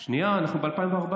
שנייה, אנחנו ב-2014.